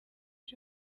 iyo